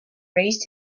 raise